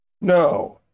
No